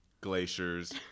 glaciers